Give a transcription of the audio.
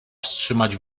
wstrzymać